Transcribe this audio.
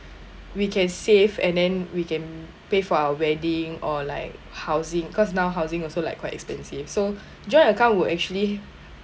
we can save and then we can pay for our wedding or like housing cause now housing also like quite expensive so joint account would actually